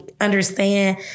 understand